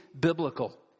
biblical